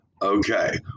okay